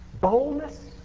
Boldness